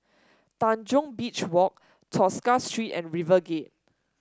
Tanjong Beach Walk Tosca Street and RiverGate